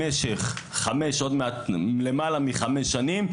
במשך למעלה מחמש שנים,